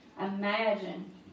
imagine